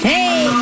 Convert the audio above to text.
Hey